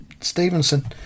stevenson